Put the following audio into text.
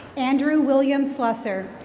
andrew william saucer.